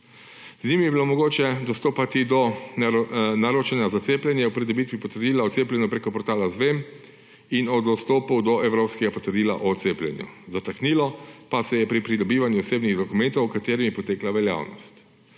Z njim je bilo mogoče dostopati do naročanja za cepljenje, pridobitve potrdila o cepljenju prek portala zVem in do evropskega potrdila o cepljenju. Zataknilo pa se je pri pridobivanju osebnih dokumentov, ki jim je potekla veljavnost,